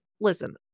listen